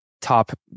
Top